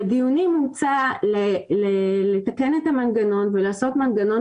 בדיונים הוצע לתקן את המנגנון ולעשות מנגנון